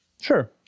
Sure